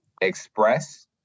express